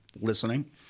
listening